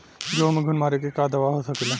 गेहूँ में घुन मारे के का दवा हो सकेला?